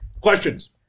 questions